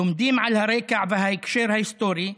לומדים על הרקע וההקשר ההיסטורי,